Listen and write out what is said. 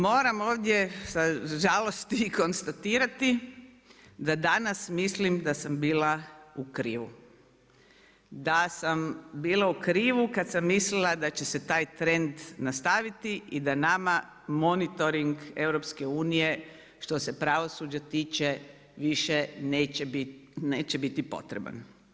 Moram ovdje sa žalosti i konstatirati, da danas, mislim da sam bila u krivu, da sam bila u krivu kad sam mislila da će se taj trend nastaviti i da nama monitoring EU, što se pravosuđa tiče, više neće biti potreban.